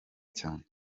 cyane